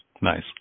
Nice